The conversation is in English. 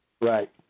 Right